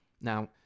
Now